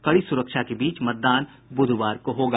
कड़ी सुरक्षा के बीच मतदान बुधवार को होगा